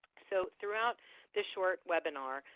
so throughout this short webinar,